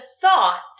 thought